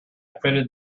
fitted